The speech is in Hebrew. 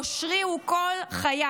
אושרי הוא כל חיי,